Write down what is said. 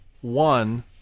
One